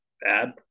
Bad